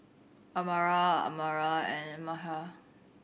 Amirah Amirah and Mikhail